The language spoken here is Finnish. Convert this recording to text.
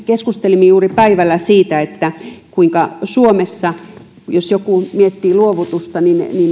keskustelimme juuri päivällä siitä kuinka suomessa jos joku miettii luovutusta